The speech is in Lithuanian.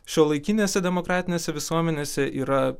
šiuolaikinėse demokratinėse visuomenėse yra